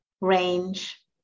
range